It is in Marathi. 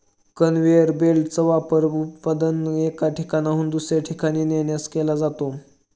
कन्व्हेअर बेल्टचा वापर उत्पादने एका ठिकाणाहून दुसऱ्या ठिकाणी नेण्यासाठी केला जातो